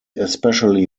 especially